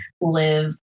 live